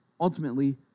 ultimately